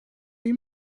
wie